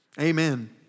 Amen